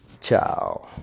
Ciao